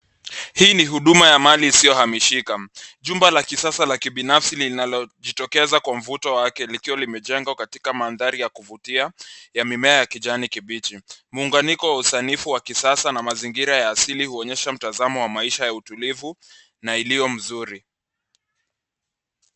Hii ni huduma ya mali isiyohamishika. Jumba la kisasa la kibinafsi linalojitokeza kwa mvuto wake likiwa limejengwa katika mandhari ya kuvutia ya mimea ya kijani kibichi . Muunganiko wa kisanifu wa kisasa na mazingira ya asili huonyesha mtazamo wa maisha ya utulivu na iliyo mzuri.